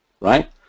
right